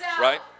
right